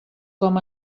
com